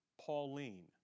Pauline